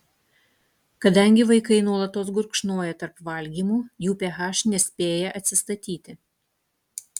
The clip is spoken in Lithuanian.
kadangi vaikai nuolatos gurkšnoja tarp valgymų jų ph nespėja atsistatyti